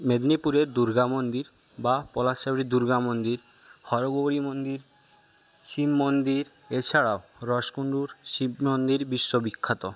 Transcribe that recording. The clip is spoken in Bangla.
মেদনীপুরের দুর্গা মন্দির বা পলাশ চাপড়ির দুর্গা মন্দির হরগৌরী মন্দির শিব মন্দির এছাড়াও রসকুন্ডুর শিব মন্দির বিশ্ব বিখ্যাত